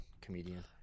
comedian